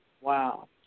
Wow